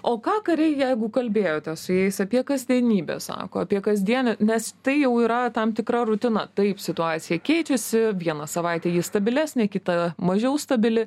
o ką kariai jeigu kalbėjote su jais apie kasdienybę sako apie kasdienę nes tai jau yra tam tikra rutina taip situacija keičiasi vieną savaitę ji stabilesnė kita mažiau stabili